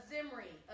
Zimri